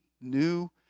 new